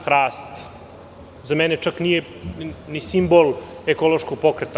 Hrast za mene čak nije ni simbol ekološkog pokreta.